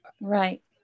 right